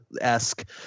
esque